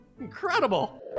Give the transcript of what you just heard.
Incredible